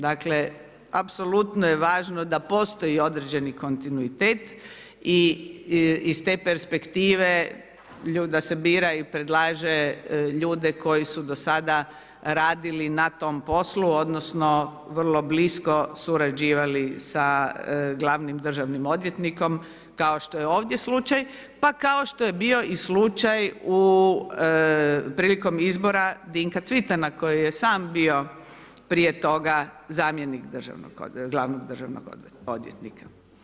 Dakle, apsolutno je važno da postoji određeni kontinuitet i iz te perspektive da se bira i predlaže ljude koji su do sada radili na tom poslu, odnosno vrlo blisko surađivali sa glavnim državnim odvjetnikom kao što je ovdje slučaj, pa kao što je bio i slučaj prilikom izbora Dinka Cvitana koji je sam bio prije toga zamjenik glavnog državnog odvjetnika.